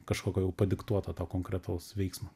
kažkokio jau padiktuoto konkretaus veiksmo